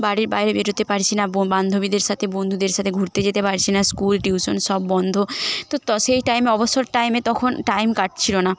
বাড়ির বাইরে বেরোতে পারছি না ব বান্ধবীদের সাথে বন্ধুদের সাথে ঘুরতে যেতে পারছি না স্কুল টিউশান সব বন্ধ তো ত সেই টাইমে অবসর টাইমে তখন টাইম কাটছিলো না